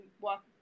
walk